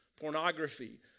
pornography